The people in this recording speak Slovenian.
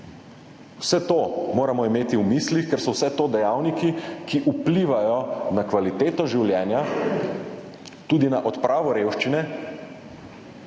Vse to moramo imeti v mislih, ker so vse to dejavniki, ki vplivajo na kvaliteto življenja, tudi na odpravo revščine,